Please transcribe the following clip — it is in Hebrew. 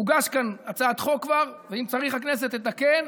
הוגשה כאן כבר הצעת חוק, ואם צריך, הכנסת תתקן.